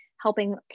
helping